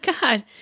God